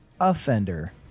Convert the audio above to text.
offender